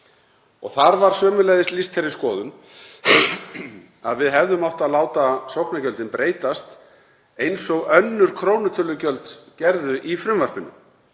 Þar var sömuleiðis lýst þeirri skoðun að við hefðum átt að láta sóknargjöldin breytast eins og önnur krónutölugjöld gerðu í frumvarpinu.